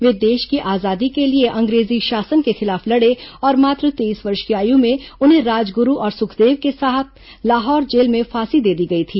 वे देश की आजादी के लिए अंग्रेजी शासन के खिलाफ लड़े और मात्र तेईस वर्ष की आयु में उन्हें राजगुरू और सुखदेव के साथ लाहौर जेल में फांसी दे दी गई थी